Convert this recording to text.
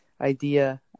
idea